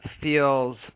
feels